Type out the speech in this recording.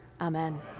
Amen